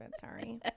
Sorry